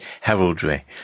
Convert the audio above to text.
heraldry